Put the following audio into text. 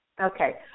Okay